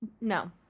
No